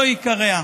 לא יקרע".